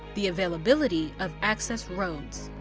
the availability of access roads.